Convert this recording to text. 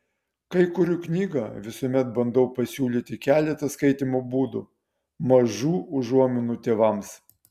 kai kuriu knygą visuomet bandau pasiūlyti keletą skaitymo būdų mažų užuominų tėvams